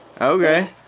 Okay